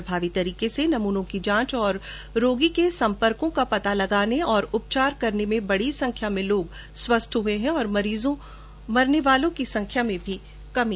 प्रभावी तरीके से नमूनों की जांच और रोगी के सम्पर्कों का पता लगाने तथा उपचार करने से बड़ी संख्या में लोग स्वस्थ हुए हैं और मरने वालों की संख्या भी कम हुई है